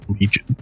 Legion